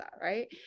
right